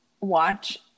watch